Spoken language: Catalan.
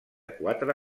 quatre